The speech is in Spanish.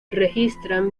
registran